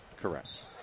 correct